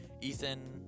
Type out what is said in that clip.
Ethan